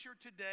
today